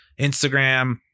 instagram